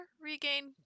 regain